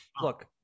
look